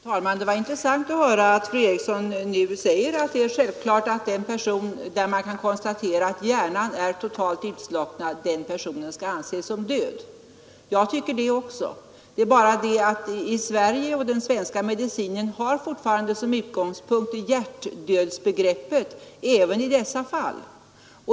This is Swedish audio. Fru talman! Det var intressant att höra att fru Eriksson i Stockholm nu säger att det är självklart att en person, vars hjärna man kan konstatera är totalt utslocknad, skall anses som död. Också jag tycker det. Det är bara det att den svenska medicinen även i dessa fall har hjärtdödbegreppet som utgångspunkt.